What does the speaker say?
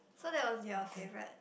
so that was your favorite